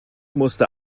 musste